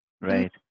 Right